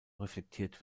reflektiert